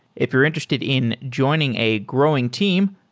if you're interested in joining a growing team,